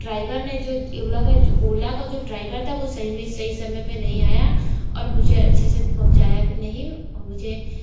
driver ने जो ओला का जो ओला का जो ड्राइवर था वह सही में सही समय पर नहीं आया और मुझे अच्छे से पहुँचाया भी नहीं और मुझे